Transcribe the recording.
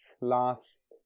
last